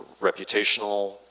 reputational